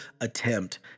attempt